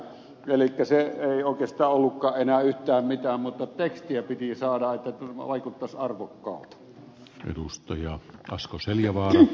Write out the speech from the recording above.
elikkä se ei oikeastaan ollutkaan enää yhtään mitään mutta tekstiä piti saada että vaikuttaisi arvokkaalta